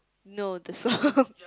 no the song